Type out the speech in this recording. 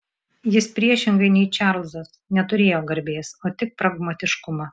jis priešingai nei čarlzas neturėjo garbės o tik pragmatiškumą